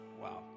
Wow